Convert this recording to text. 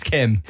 Kim